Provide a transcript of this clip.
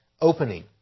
opening